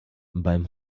beim